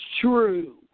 true